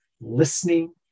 listening